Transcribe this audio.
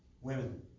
Women